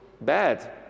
bad